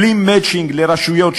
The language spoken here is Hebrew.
בלי מצ'ינג לרשויות.